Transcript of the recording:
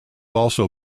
also